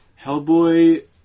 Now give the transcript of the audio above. Hellboy